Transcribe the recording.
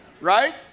Right